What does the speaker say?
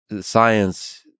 science